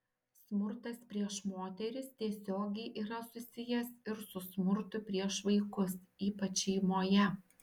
smurtas prieš moteris tiesiogiai yra susijęs ir su smurtu prieš vaikus ypač šeimoje